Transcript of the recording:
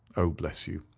oh, bless you,